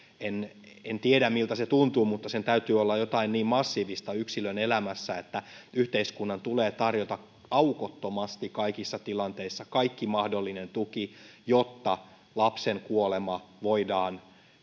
en en tiedä miltä se tuntuu mutta sen täytyy olla jotain niin massiivista yksilön elämässä että yhteiskunnan tulee tarjota aukottomasti kaikissa tilanteissa kaikki mahdollinen tuki jotta lapsen kuolema voidaan